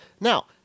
Now